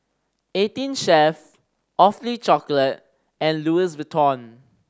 Eighteen Chef Awfully Chocolate and Louis Vuitton